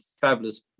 fabulous